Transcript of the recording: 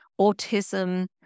autism